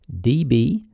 DB